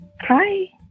Hi